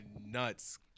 nuts